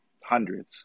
hundreds